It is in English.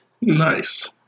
Nice